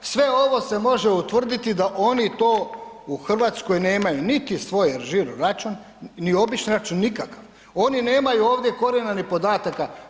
Sve ovo se može utvrditi da oni to u Hrvatskoj nemaju, niti svoj žiro račun, ni obični račun, nikakav, oni nemaju ovdje korijena ni podataka.